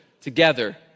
together